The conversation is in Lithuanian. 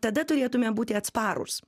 tada turėtume būti atsparūs